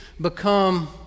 become